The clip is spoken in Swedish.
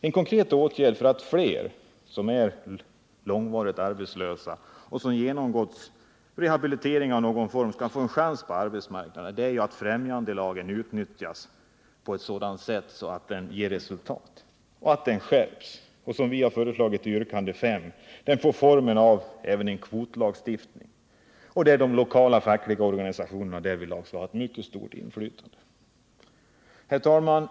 En konkret åtgärd för att fler som är långvarigt arbetslösa och som genomgått rehabilitering av något slag skall få en chans på arbetsmarknaden är att främjandelagen utnyttjas på ett sådant sätt att det blir resultat. Den måste skärpas och, som vi föreslår i yrkande 5, få formen av en kvotlagstiftning. De lokala fackliga organisationerna skall därvidlag ha 2tt mycket stort inflytande. Herr talman!